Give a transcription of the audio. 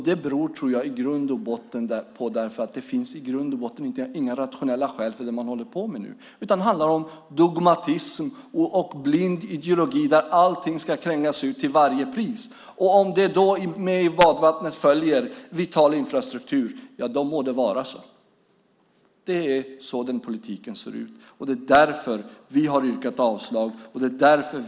Det tror jag beror på att det i grund och botten inte finns några rationella skäl för det som man håller på med nu, utan det handlar om dogmatism och blind ideologi där allting ska krängas ut till varje pris. Om det med badvattnet följer vital infrastruktur må det så vara. Det är så den politiken ser ut. Det är därför som vi har yrkat avslag på detta förslag.